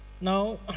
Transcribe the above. now